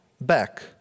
back